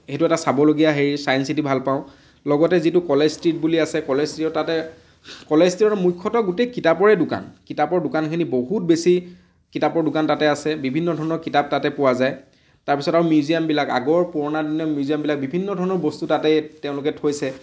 সেইটো এটা চাবলগীয়া হেৰি চাইন চিটি ভাল পাওঁ লগতে যিটো কলেজ ষ্ট্ৰীট বুলি আছে কলেজ ষ্ট্ৰীটৰ তাতে কলেজ ষ্ট্ৰীটৰ মুখ্যতঃ গোটেই কিতাপৰে দোকান কিতাপৰ দোকানখিনি বহুত বেছি কিতাপৰ দোকান তাতে আছে বিভিন্ন ধৰণৰ কিতাপ তাতে পোৱা যায় তাৰ পিছত আৰু মিউজিয়ামবিলাক আগৰ পুৰণা দিনৰ মিউজিয়ামবিলাক বিভিন্ন ধৰণৰ বস্তু তাতেই তেওঁলোকে থৈছে